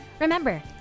Remember